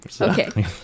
Okay